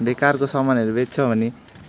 बेकारको सामानहरू बेच्छ भने